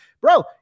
Bro